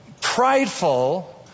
prideful